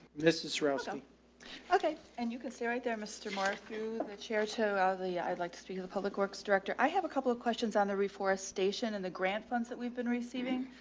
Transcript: mrs rossey. um okay. and you can stay right there. mr mark who the certo out of the, i'd like to speak of the public works director. i have a couple of questions on the reforestation and the grant funds that we've been receiving.